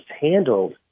handled